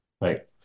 right